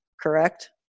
correct